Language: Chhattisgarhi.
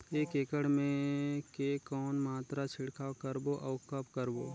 एक एकड़ मे के कौन मात्रा छिड़काव करबो अउ कब करबो?